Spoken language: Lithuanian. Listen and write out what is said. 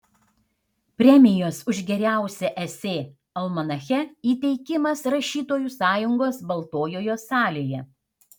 premijos už geriausią esė almanache įteikimas rašytojų sąjungos baltojoje salėje